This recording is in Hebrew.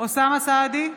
אוסאמה סעדי,